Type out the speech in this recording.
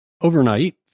Overnight